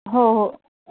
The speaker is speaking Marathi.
हो हो